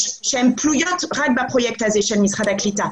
שהן תלויות רק בפרויקט הזה של משרד הקליטה,